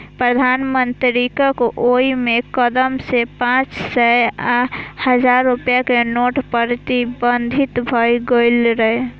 प्रधानमंत्रीक ओइ कदम सं पांच सय आ हजार रुपैया के नोट प्रतिबंधित भए गेल रहै